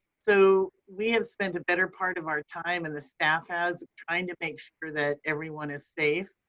so we have spent a better part of our time, and the staff has, trying to make sure that everyone is safe